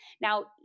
Now